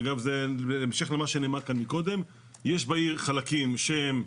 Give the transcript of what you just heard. חלקים שהם,